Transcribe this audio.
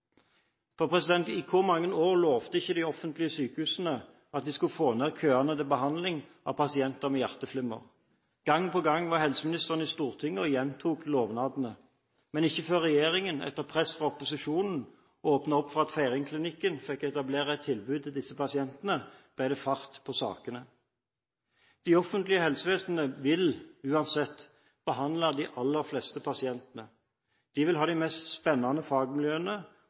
I hvor mange år lovet ikke de offentlige sykehusene at de skulle få ned køene til behandling av pasienter med hjerteflimmer? Gang på gang var helseministeren i Stortinget og gjentok lovnadene. Men ikke før regjeringen, etter press fra opposisjonen, åpnet opp for at Feiringklinikken kunne etablere et tilbud til disse pasientene, ble det fart på sakene. Det offentlige helsevesenet vil uansett behandle de aller fleste pasientene, de vil ha de mest spennende fagmiljøene